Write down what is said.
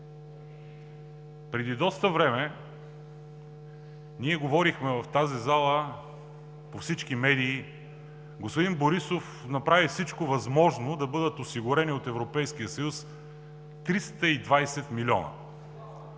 Преди доста време ние говорихме в тази зала, по всички медии, господин Борисов направи всичко възможно да бъдат осигурени от Европейския съюз 320 милиона.